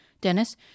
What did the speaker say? Dennis